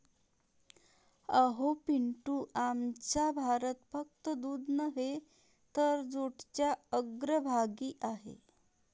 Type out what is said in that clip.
अहो पिंटू, आमचा भारत फक्त दूध नव्हे तर जूटच्या अग्रभागी आहे